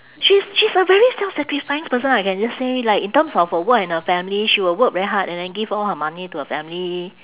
she's she's a very self-sacrificing person I can just say like in terms of her work and her family she will work very hard and then give all her money to her family